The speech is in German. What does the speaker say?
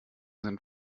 sind